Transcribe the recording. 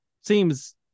seems